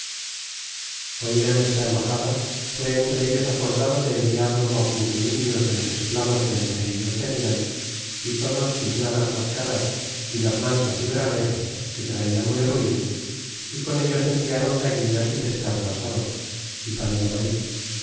nuestra embaxada fua entre ellos acordado de enviar luego quince indios de los esclavos que entre ellos tenian y todos tiznadas las caras y las mantas y bragueros que tratan muy ruines y con ellos environ gallinas y pescado asado y pan de maiz